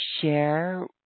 share